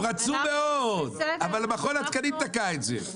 הם מאוד רצו אבל מכון התקנים תקע את זה.